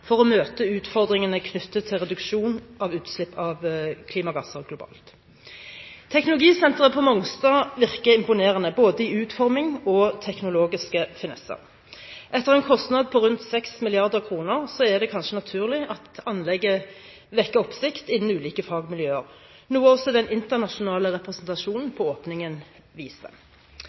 for å møte utfordringene knyttet til reduksjon av utslipp av klimagasser globalt. Teknologisenteret på Mongstad virker imponerende, både i utforming og i teknologiske finesser. Med en byggekostnad på rundt 6 mrd. kr er det kanskje naturlig at anlegget vekker oppsikt innen ulike fagmiljøer, noe også den internasjonale representasjonen på åpningen